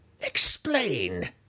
Explain